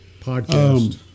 Podcast